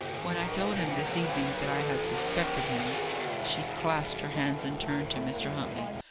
when i told him this evening that i had suspected him she clasped her hands and turned to mr. huntley,